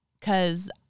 Cause